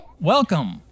Welcome